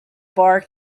bar